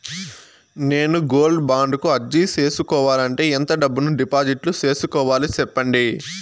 నేను gold bond కు అర్జీ సేసుకోవాలంటే ఎంత డబ్బును డిపాజిట్లు సేసుకోవాలి సెప్పండి